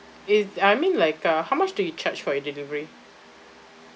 is I mean like uh how much do you charge for your delivery